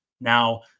Now